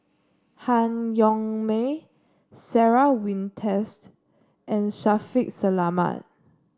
Han Yong May Sarah Winstedt and Shaffiq Selamat